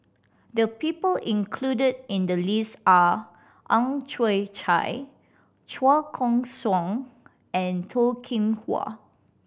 the people included in the list are Ang Chwee Chai Chua Koon Siong and Toh Kim Hwa